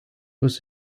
was